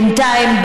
בינתיים,